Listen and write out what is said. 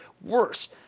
Worse